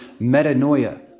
metanoia